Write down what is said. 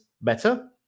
better